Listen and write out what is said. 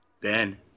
Ben